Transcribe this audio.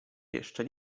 jeszcze